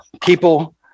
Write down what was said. people